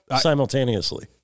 simultaneously